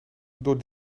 door